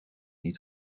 niet